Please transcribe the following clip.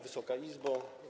Wysoka Izbo!